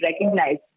recognized